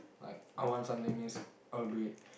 like I want something means I'll do it